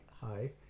Hi